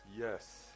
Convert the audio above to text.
Yes